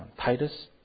Titus